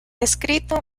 escrito